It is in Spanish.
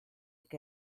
que